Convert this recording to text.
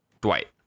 Dwight